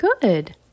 Good